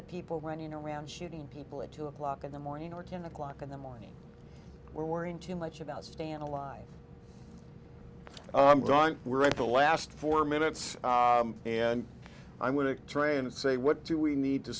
the people running around shooting people at two o'clock in the morning or ten o'clock in the morning we're worrying too much about stan alive i'm gone we're at the last four minutes and i'm going to tray and say what do we need to